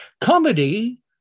Comedy